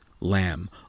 lamb